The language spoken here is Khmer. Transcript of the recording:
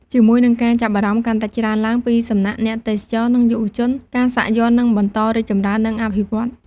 ជាមួយនឹងការចាប់អារម្មណ៍កាន់តែច្រើនឡើងពីសំណាក់អ្នកទេសចរ និងយុវជន ការសាក់យ័ន្តនឹងបន្តរីកចម្រើន និងវិវឌ្ឍន៍។